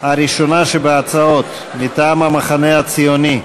הראשונה שבהצעות, מטעם המחנה הציוני: